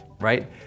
right